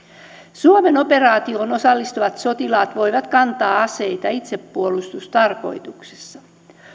suomen operaatioon osallistuvat sotilaat voivat kantaa aseita itsepuolustustarkoituksessa